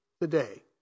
today